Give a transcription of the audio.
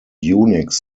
unix